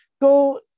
go